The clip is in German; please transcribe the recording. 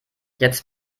jetzt